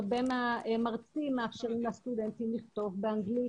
הרבה מהמרצים מאפשרים לסטודנטים לכתוב באנגלית,